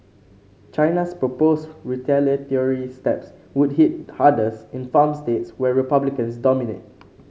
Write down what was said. China's proposed retaliatory steps would hit hardest in farm states where republicans dominate